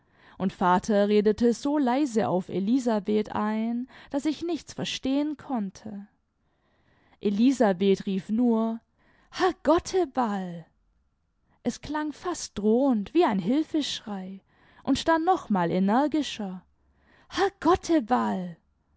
und vater redete so leise auf elisabeth ein daß ich nichts verstehen konnte elisabeth rief nur herr gotteballl es klang fast drohend wie ein hilfeschrei und dann noch mal energischer herr